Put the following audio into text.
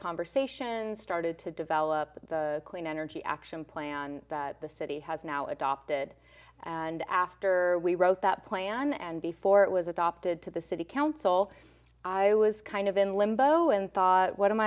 conversations started to develop the clean energy action plan that the city has now adopted and after we wrote that plan and before it was adopted to the city council i was kind of in limbo and thought what am